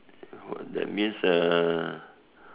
what that's mean err